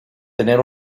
tener